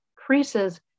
increases